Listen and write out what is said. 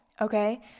okay